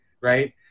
Right